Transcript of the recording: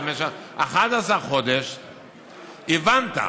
אבל במשך 11 חודש הבנת,